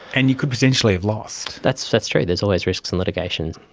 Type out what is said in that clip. and you could potentially have lost. that's that's true, there's always risks in litigation.